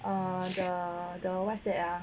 err the the what's that ah